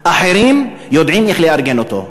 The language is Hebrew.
אחרים יודעים איך לארגן אותו,